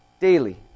Daily